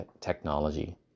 technology